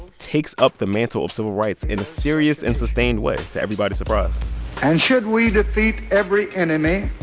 takes up the mantle of civil rights in a serious and sustained way to everybody's surprise and should we defeat every enemy